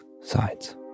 sides